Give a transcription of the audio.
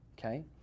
Okay